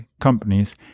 companies